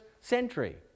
century